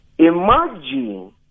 Imagine